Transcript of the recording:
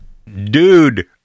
dude